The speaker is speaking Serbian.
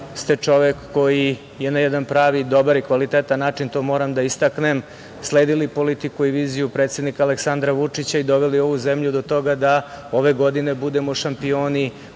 ste čovek koji je na jedan pravi, dobar i kvalitetan način, to moram da istaknem sledili politiku i viziju predsednika Aleksandra Vučića i doveli ovu zemlju do toga da ove godine budemo šampioni